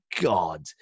God